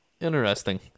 Interesting